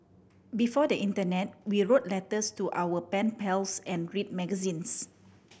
before the internet we wrote letters to our pen pals and read magazines